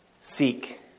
seek